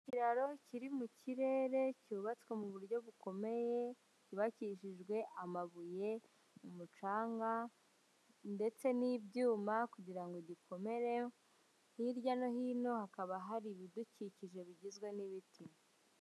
Ikiraro kiri mu kirere cyubatswe mu buryo bukomeye, cyubakijijwe amabuye, umucanga ndetse n'ibyuma kugira ngo gikomere, hirya no hino hakaba hari ibidukikije bigizwe n'ibiti.